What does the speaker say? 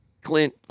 clint